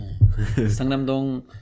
Sangnamdong